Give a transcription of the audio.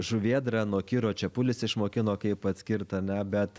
žuvėdrą nuo kiro čepulis išmokino kaip atskirt ane bet